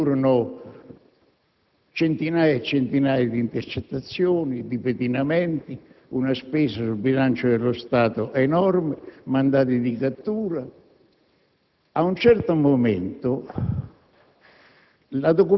Ci furono centinaia e centinaia di intercettazioni, di pedinamenti, una spesa enorme per il bilancio dello Stato e mandati di cattura. Ad un certo momento